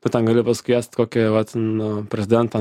tu ten gali pasikviest kokį vat nu prezidentą